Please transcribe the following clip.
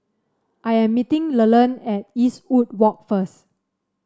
I am meeting Leland at Eastwood Walk first